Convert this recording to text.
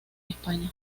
españa